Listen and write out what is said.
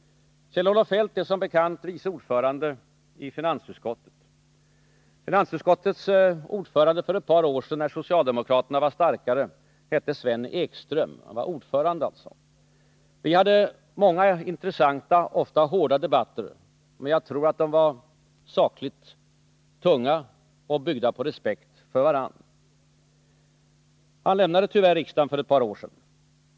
Kjell-Olof Feldt är som bekant vice ordförande i finansutskottet. Finansutskottets ordförande för ett antal år sedan, när socialdemokraterna var starkare, hette Sven Ekström. Jag och Sven Ekström hade många intressanta, ofta hårda, debatter, men jag tror att de var sakligt tunga och de byggde på att vi hade respekt för varandra. Han lämnade tyvärr riksdagen för några år sedan.